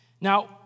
Now